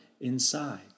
inside